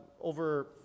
over